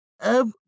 Ev